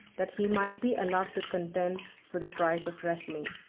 that he might be allowed to contend for the prize of wrestling.